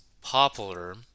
popular